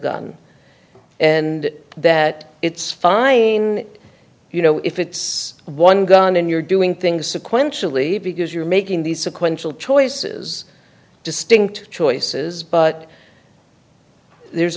gun and that it's fine you know if it's one gun and you're doing things sequentially because you're making these sequential choices distinct choices but there's